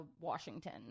Washington